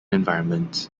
environments